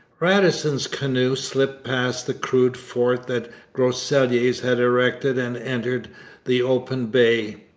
radisson's canoe slipped past the crude fort that groseilliers had erected and entered the open bay.